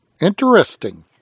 interesting